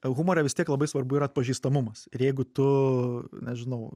humore vis tiek labai svarbu yra atpažįstamumas ir jeigu tu nežinau